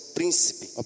príncipe